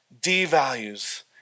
devalues